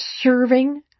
serving